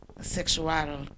sexual